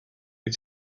wyt